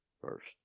First